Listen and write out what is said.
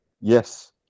yes